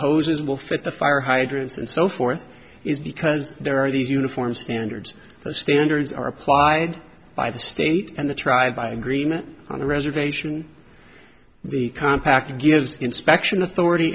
hoses will fit the fire hydrants and so forth is because there are these uniform standards the standards are applied by the state and the tribe by agreement on the reservation the contract gives inspection authority